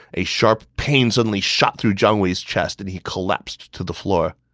a sharp pain suddenly shot through jiang wei's chest, and he collapsed to the floor.